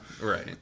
right